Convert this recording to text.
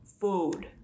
food